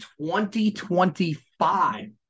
2025